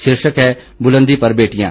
शीर्षक है बुलंदी पर बेटियां